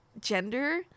gender